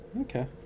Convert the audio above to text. Okay